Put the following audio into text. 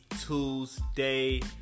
Tuesday